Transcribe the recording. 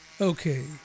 Okay